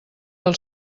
del